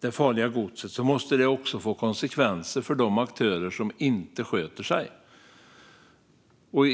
det farliga godset måste det också få konsekvenser för de aktörer som inte sköter sig.